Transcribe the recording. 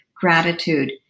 gratitude